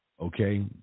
okay